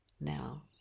now